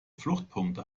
fluchtpunkte